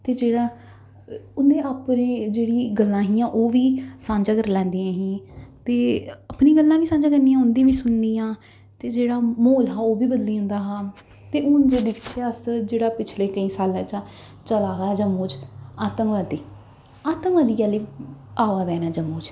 ते जेह्ड़ा उ'नें अपनी जेह्ड़ी गल्लां हियां ओह् बी सांझा करी लैंदियां हीं ते अपनी गल्लां बी सांझा करनियां उं'दियां बी सुननियां ते जेह्ड़ा म्हौल हा ओह् बी बदली जंदा हा ते हून जे दिखचै अस जेह्ड़ा पिछले केईं साल्लें चा चला दा जम्मू च आतंकवादी आतंकवादी कैह्ल्ली आवा दे न जम्मू च